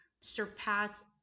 surpass